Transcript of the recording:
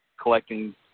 collecting